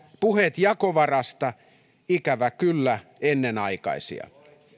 puheet jakovarasta ikävä kyllä ennenaikaisia